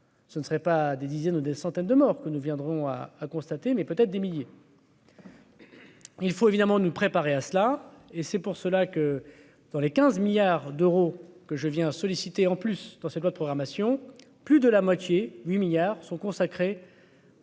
Ce ne serait pas des dizaines ou des centaines de morts que nous viendrons à a constater mais peut être des milliers. Il faut évidemment nous préparer à cela et c'est pour cela que dans les 15 milliards d'euros que je viens solliciter en plus dans cette loi de programmation, plus de la moitié, 8 milliards sont consacrés.